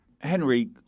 Henry